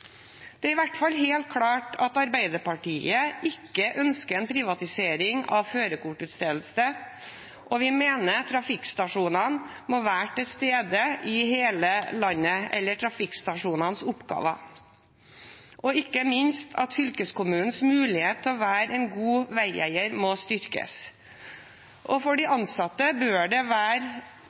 Det er i hvert fall helt klart at Arbeiderpartiet ikke ønsker en privatisering av førerkortutstedelse, da vi mener trafikkstasjonene, eller trafikkstasjonenes oppgaver, må være til stede i hele landet, og ikke minst at fylkeskommunens mulighet til å være en god veieier må styrkes. For de ansatte bør det være